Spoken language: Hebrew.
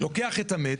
לוקח את המת,